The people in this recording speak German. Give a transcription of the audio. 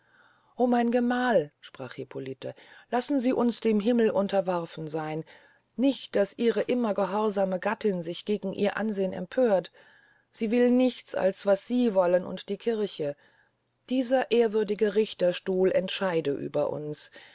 o mein gemahl sprach hippolite lassen sie uns dem himmel unterworfen seyn nicht daß ihre immer gehorsame gattin sich gegen ihr ansehn empört sie will nichts als was sie wollen und die kirche dieser ehrwürdige richterstuhl entscheide über uns